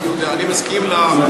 אני מסכים להצעה הזאת.